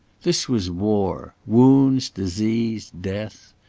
this was war wounds, disease, death.